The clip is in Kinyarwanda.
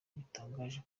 bitangaje